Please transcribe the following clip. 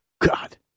God